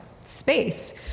space